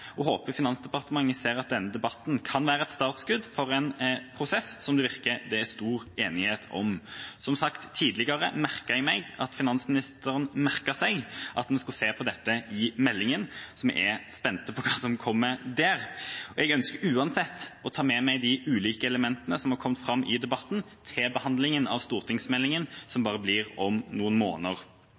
jeg håper at Finansdepartementet ser at denne debatten kan være et startskudd for en prosess som det virker som det er stor enighet om. Som sagt, tidligere merket jeg meg at finansministeren merket seg at en skulle se på dette i meldingen, så vi er spent på hva som kommer der. Jeg ønsker uansett å ta med meg de ulike elementene som har kommet fram i debatten, til behandlingen av stortingsmeldingen, som blir om bare noen måneder.